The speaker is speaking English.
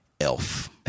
Elf